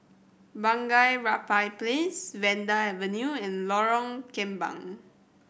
Bunga Rampai Place Vanda Avenue and Lorong Kembang